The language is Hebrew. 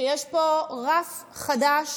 שיש פה רף חדש